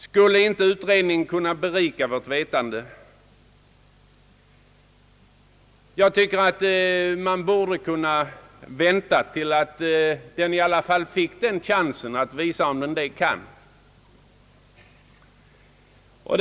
Skulle inte utredningen kunna berika vårt vetande? Jag tycker att man borde kunna vänta tills utredningen fick chansen att visa om den kan besvara dessa frågor.